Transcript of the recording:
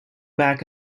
back